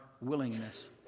willingness